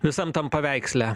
visam tam paveiksle